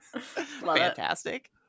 Fantastic